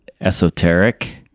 esoteric